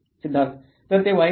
सिद्धार्थ तर ते वाईट आहे